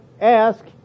ask